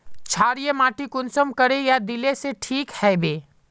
क्षारीय माटी कुंसम करे या दिले से ठीक हैबे?